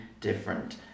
different